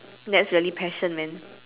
that's really passion man